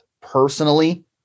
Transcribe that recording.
personally